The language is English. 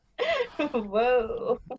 whoa